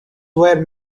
were